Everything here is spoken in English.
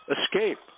Escape